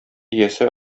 иясе